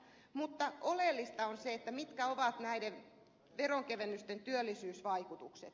mutta oleellista on se mitkä ovat näiden veronkevennysten työllisyysvaikutukset